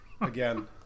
Again